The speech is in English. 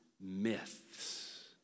myths